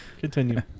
Continue